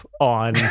on